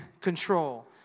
control